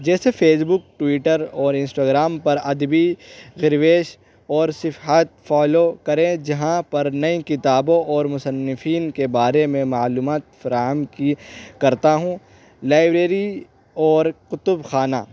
جیسے Facebook Twitter اور Instagram پر ادبی درویش اور صفحت فالو کریں جہاں پر نئی کتابوں اور مصنفین کے بارے میں معلومات فراہم کی کرتا ہوں لائبریری اور کتب خانہ